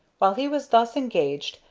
while he was thus engaged,